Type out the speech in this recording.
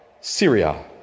Syria